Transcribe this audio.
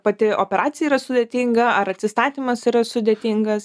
pati operacija yra sudėtinga ar atsistatymas yra sudėtingas